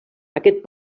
aquest